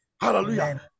hallelujah